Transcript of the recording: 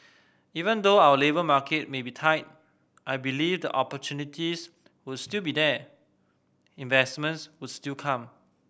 even though our labour market may be tight I believe the opportunities would still be here investments would still come